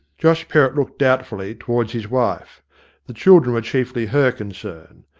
josh perrott looked doubtfully toward his wife the children were chiefly her concern.